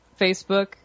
Facebook